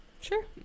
sure